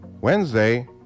Wednesday